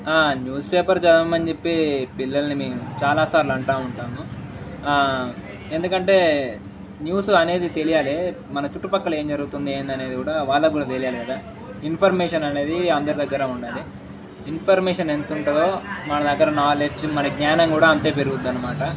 news paper చదవమని చెప్పి పిల్లల్ని మేము చాలా సార్లు అంటు ఉంటాము ఎందుకంటే న్యూస్ అనేది తెలియాలి మన చుట్టుపక్కల ఏం జరుగుతుంది ఏంటి అనేది కూడా వాళ్ళకు కూడా తెలియాలి కదా ఇన్ఫర్మేషన్ అనేది అందరి దగ్గర ఉండాలి ఇన్ఫర్మేషన్ ఎంతుంటుందో మన దగ్గర నాలెడ్జ్ మన జ్ఞానం కూడా అంతే పెరుగుతుందన్నమాట